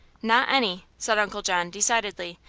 not any, said uncle john, decidedly.